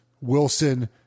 Wilson